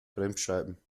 bremsscheiben